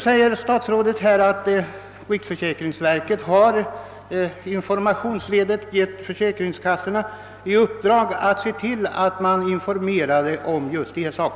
Statsrådet har nu sagt att riksförsäkringsverket har givit försäkringskassorna i uppdrag att lämna information om dessa ting,